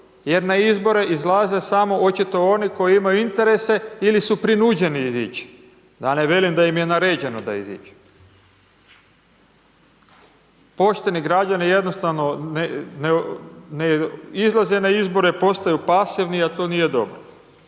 jer na izbore izlaze samo očito oni koji imaju interese ili su prinuđeni izić, da ne velim da im je naređeno da iziđu, pošteni građani jednostavno ne izlaze na izbore, postaju pasivni, a to nije dobro.